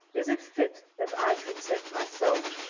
is it fit that i should set myself,